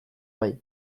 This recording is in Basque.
bai